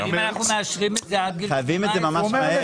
אבל אם אנחנו מאשרים את זה עד גיל 18 --- חייבים את זה ממש מהר.